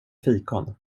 fikon